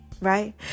Right